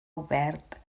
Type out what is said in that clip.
obert